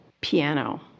piano